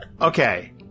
Okay